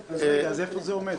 ירדנה, אז איפה זה עומד?